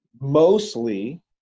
Mostly